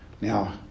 Now